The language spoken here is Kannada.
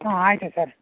ಹ್ಞೂ ಆಯಿತು ಸರ್